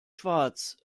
schwarz